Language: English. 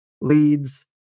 leads